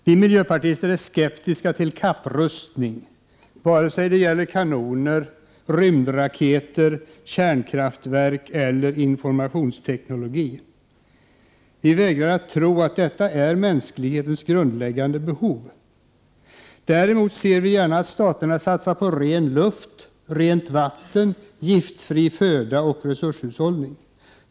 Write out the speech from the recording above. Vi miljöpartister är skeptiska till kapprustning vare sig det gäller kanoner, rymdraketer, kärnkraftverk eller informationsteknologi. Vi vägrar att tro att detta är mänsklighetens grundläggande behov. Däremot ser vi gärna att staterna satsar på ren luft, rent vatten, giftfri föda och resurshushållning.